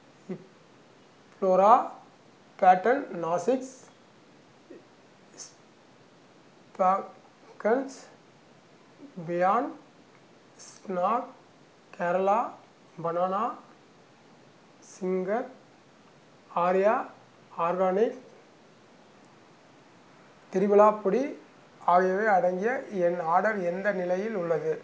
Flora petal nasics sprinkles beyond snack Kerala banana singer Arya organic triphala பொடி ஆகியவை அடங்கிய என் ஆர்டர் எந்த நிலையில் உள்ளது